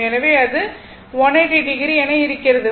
எனவே அது 180o என இருக்கிறது